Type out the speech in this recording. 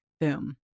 Boom